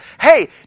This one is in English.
hey